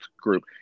group